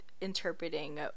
interpreting